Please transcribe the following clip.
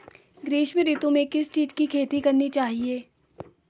ग्रीष्म ऋतु में किस चीज़ की खेती करनी चाहिये?